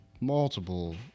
Multiple